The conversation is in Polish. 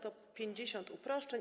To 50 uproszczeń.